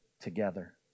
together